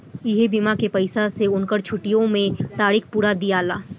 ऐही बीमा के पईसा से उनकर छुट्टीओ मे तारीख पुरा दियाला